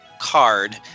card